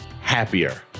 happier